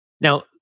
Now